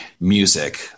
music